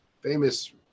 famous